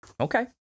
Okay